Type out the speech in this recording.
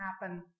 happen